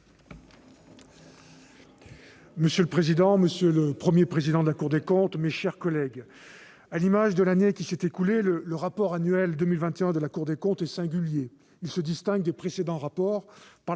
Monsieur le président, monsieur le Premier président de la Cour des comptes, mes chers collègues, à l'image de l'année qui s'est écoulée, le rapport annuel 2021 de la Cour des comptes est singulier. Il se distingue des précédents rapports par la